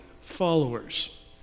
followers